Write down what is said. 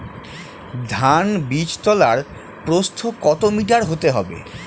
ধান বীজতলার প্রস্থ কত মিটার হতে হবে?